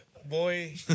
Boy